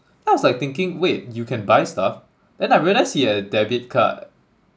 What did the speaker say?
then I was like thinking wait you can buy stuff then I realised he had a debit card